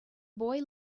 boy